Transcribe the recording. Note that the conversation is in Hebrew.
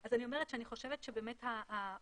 אז אני אומרת שאני חושבת שבאמת האויב